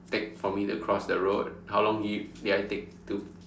take for me to cross the road how long did it did I take to